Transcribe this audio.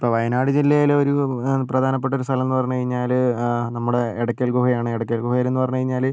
ഇപ്പോൾ വയനാട് ജില്ലയിലെ ഒരു പ്രധാനപ്പെട്ട ഒരു സ്ഥലമെന്ന് പറഞ്ഞുകഴിഞ്ഞാൽ നമ്മുടെ ഇടയ്ക്കൽ ഗുഹയാണ് ഇടയ്ക്കൽ ഗുഹയിലെന്ന് പറഞ്ഞുകഴിഞ്ഞാൽ